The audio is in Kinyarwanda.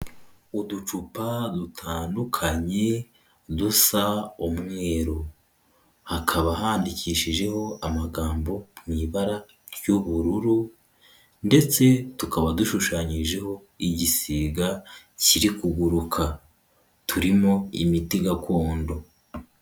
Uducupa dutandukanye dusa umweru hakaba handikishijeho amagambo mu ibara ry'ubururu ndetse tukaba dushushanyijeho igisiga kiri kuguruka turimo imiti gakondo.